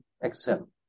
excel